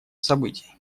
событий